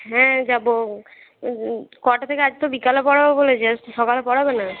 হ্যাঁ যাব কটা থেকে আজ তো বিকালে পড়াব বলেছে সকালে পড়াবে না